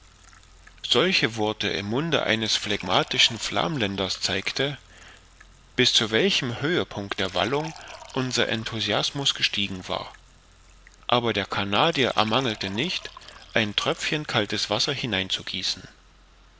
solche worte im munde eines phlegmatischen flamländers zeigte bis zu welchem höhepunkt der wallung unser enthusiasmus gestiegen war aber der canadier ermangelte nicht ein tröpfchen kaltes wasser